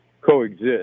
coexist